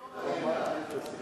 בוא ונעמיד את זה במבחן.